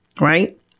right